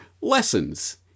lessons